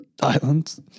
Islands